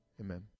Amen